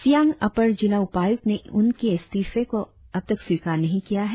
Siang upper जिला उपायुक्त ने उनके इस्तीफे को अब तक स्वीकार नही किया है